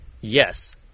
Yes